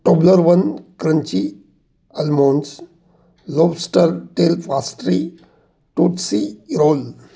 Toblerone crunchy almonds lobster tail pastry tootsie roll